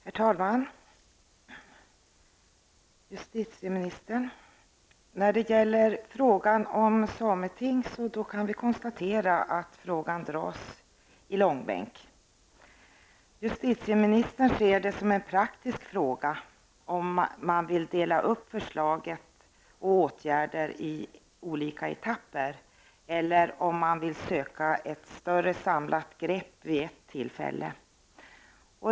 Herr talman! Fru justitieminister! Frågan om sameting har dragits i långbänk. Justitieministern ser det som en praktisk fråga: antingen delar man upp förslaget och åtgärderna i olika etapper eller söker få ett samlat grepp vid ett tillfälle.